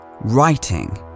writing